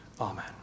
amen